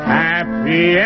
happy